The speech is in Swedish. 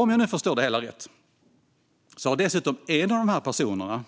Om jag har förstått det hela rätt har dessutom en av personerna